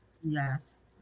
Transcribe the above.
yes